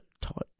taught